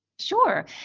Sure